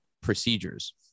procedures